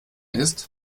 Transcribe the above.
ist